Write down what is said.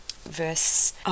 Verse